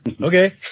okay